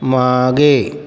मागे